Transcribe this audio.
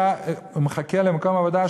מחכה למקום עבודה,